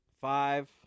Five